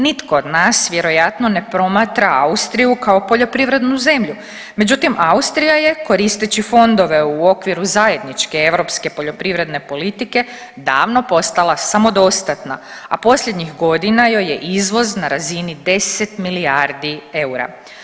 Nitko od nas vjerojatno ne promatra Austriju kao poljoprivrednu zemlju, međutim Austrija je koristeći fondove u okviru zajedničke europske poljoprivredne politike davno postala samodostatna, a posljednjih godina joj je izvoz na razini 10 milijardi eura.